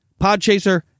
Podchaser